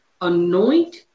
anoint